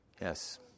yes